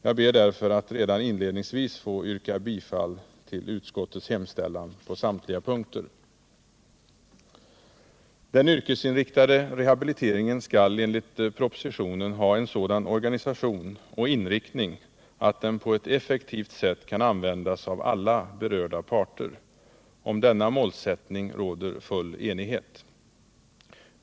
Jag ber därför att redan inledningsvis få yrka bifall till utskottets hemställan på samtliga punkter. Den yrkesinriktade rehabiliteringen skall enligt propositionen ha en sådan organisation och inriktning, att den på ett effektivt sätt kan användas av alla berörda parter. Om denna målsättning råder full enighet.